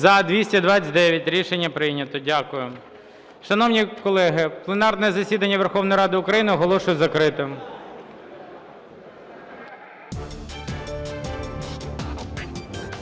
За-229 Рішення прийнято. Дякую. Шановні колеги, пленарне засідання Верховної Ради України оголошую закритим.